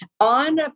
on